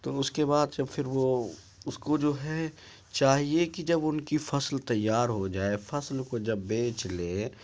تو اس کے بعد سے پھر وہ اس کو جو ہے چاہیے کہ جب ان کی فصل تیار ہو جائے فصل کو جب بیچ لے